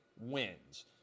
wins